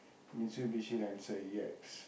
Mitsubishi Lancer E_X